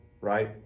right